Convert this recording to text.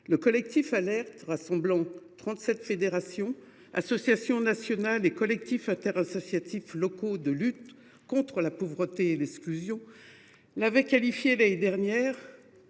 Le collectif Alerte qui rassemble trente sept fédérations, associations nationales et collectifs interassociatifs locaux de lutte contre la pauvreté et l’exclusion, l’avait qualifié l’année dernière